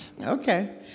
Okay